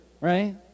right